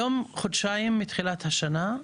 היום חודשיים מתחילת השנה,